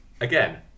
again